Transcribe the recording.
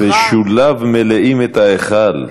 "ושוליו מלאים את ההיכל",